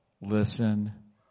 listen